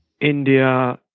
India